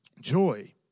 Joy